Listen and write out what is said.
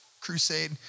crusade